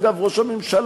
אגב, ראש הממשלה,